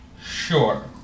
Sure